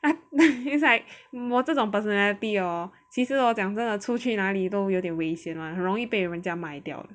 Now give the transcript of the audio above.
it's like 我这种 personality hor 其实 hor 讲真的出去哪里都有点危险 [one] 很容易被人家卖掉